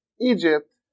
Egypt